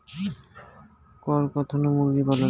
করকনাথ মুরগি পালন?